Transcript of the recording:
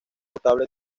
notable